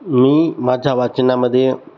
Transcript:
मी माझ्या वाचनामध्ये